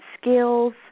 skills